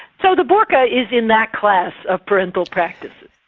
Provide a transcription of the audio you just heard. so the burqa is in that class of parental practices.